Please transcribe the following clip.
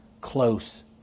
close